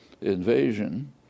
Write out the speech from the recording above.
invasion